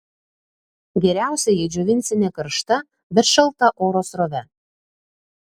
geriausia jei džiovinsi ne karšta bet šalta oro srove